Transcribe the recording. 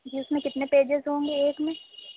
جی اُس میں کتنے پیجز ہوں گے ایک میں